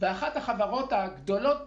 ואחת החברות הגדולות ביותר,